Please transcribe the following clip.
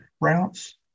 routes